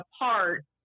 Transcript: apart